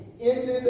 ended